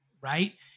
right